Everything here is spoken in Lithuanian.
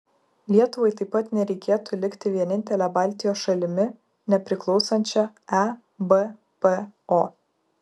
lietuvai taip pat nereikėtų likti vienintele baltijos šalimi nepriklausančia ebpo